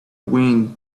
wind